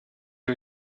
who